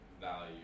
value